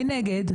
מנגד,